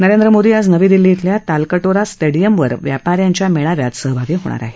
नरेंद्र मोदी आज नवी दिल्ली खेल्या तालकटोरा स्टेडिअमवर व्यापाऱ्यांच्या मेळाव्यात सहभागी होणार आहेत